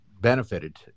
benefited